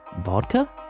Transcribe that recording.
vodka